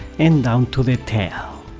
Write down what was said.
and down to the tail.